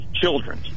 children